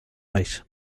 rate